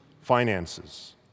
finances